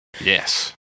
Yes